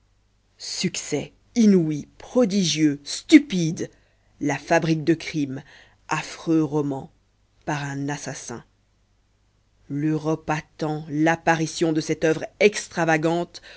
succès inouï prodigieux stupide la fabrique de crimes affreux roman par un assassin l'europe attend l'apparition de cette oeuvre extravagante